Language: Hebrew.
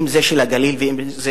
אם של הגליל ואם של הנגב.